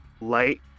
light